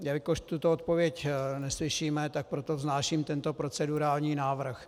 Jelikož tuto odpověď neslyšíme, tak proto vznáším tento procedurální návrh.